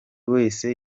wese